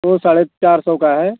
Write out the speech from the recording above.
वो साढ़े चार सौ का है